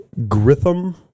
Gritham